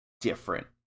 different